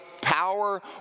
power